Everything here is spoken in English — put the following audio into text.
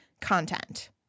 content